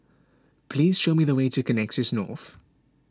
please show me the way to Connexis North